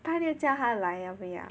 拜六叫他来要不要